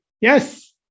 Yes